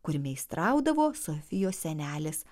kur meistraudavo sofijos senelės